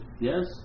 yes